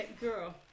girl